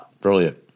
Brilliant